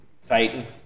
fighting